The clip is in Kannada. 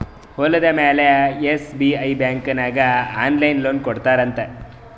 ಹೊಲುದ ಮ್ಯಾಲ ಎಸ್.ಬಿ.ಐ ಬ್ಯಾಂಕ್ ನಾಗ್ ಆನ್ಲೈನ್ ಲೋನ್ ಕೊಡ್ತಾರ್ ಅಂತ್